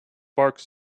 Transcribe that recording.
barks